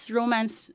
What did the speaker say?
romance